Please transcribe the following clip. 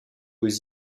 aux